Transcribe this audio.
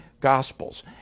Gospels